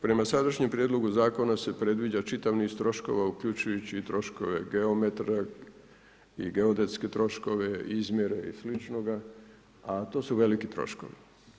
Prema sadašnjem prijedloga zakona se predviđa čitav niz troškova uključujući i troškove geometra i geodetske troškove, izmjere i sličnoga a to su veliki troškovi.